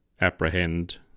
apprehend